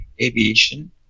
Aviation